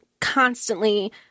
constantly